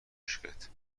عشقت